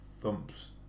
thumps